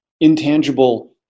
intangible